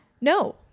No